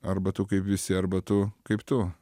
arba tu kaip visi arba tu kaip tu